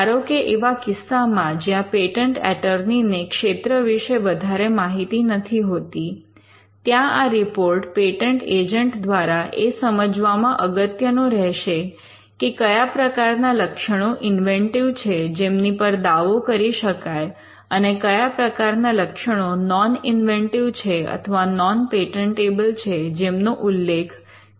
ધારો કે એવા કિસ્સામાં જ્યાં પેટન્ટ એટર્ની ને ક્ષેત્ર વિશે વધારે માહીતી નથી હોતી ત્યાં આ રિપોર્ટ પેટન્ટ એજન્ટ દ્વારા એ સમજવામાં અગત્યનો રહેશે કે કયા પ્રકારના લક્ષણો ઇન્વેન્ટિવ છે જેમની પર દાવો કરી શકાય અને કયા પ્રકારના લક્ષણો નૉન ઇન્વેન્ટિવ છે અથવા નૉન પેટન્ટેબલ છે જેમનો ઉલ્લેખ ક્લેમ્ માં ના થવો જોઈએ